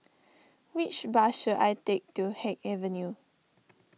which bus should I take to Haig Avenue